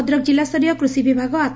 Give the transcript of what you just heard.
ଭଦ୍ରକ ଜିଲ୍ଲାସ୍ତରୀୟ କୃଷି ବିଭାଗ ଆମ୍